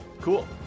Cool